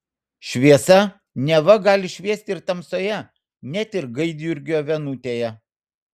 šviesa neva gali šviesti ir tamsoje net ir gaidjurgio vienutėje